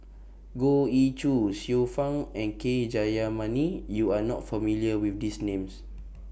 Goh Ee Choo Xiu Fang and K Jayamani YOU Are not familiar with These Names